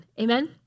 amen